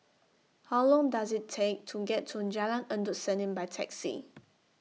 How Long Does IT Take to get to Jalan Endut Senin By Taxi